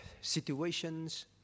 situations